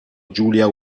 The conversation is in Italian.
giulia